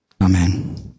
Amen